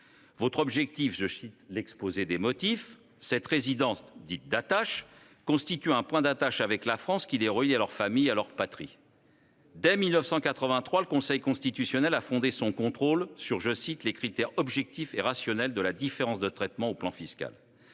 Votre objectif, selon l'exposé des motifs, est que « cette résidence constitue un point d'attache avec la France, qui les relie à leur famille et à leur patrie ». Dès 1983, le Conseil constitutionnel a fondé son contrôle sur les « critères objectifs et rationnels » de la différence de traitement sur le plan fiscal.